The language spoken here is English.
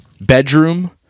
bedroom